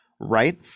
Right